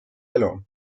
elu